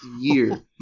year